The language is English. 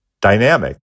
dynamic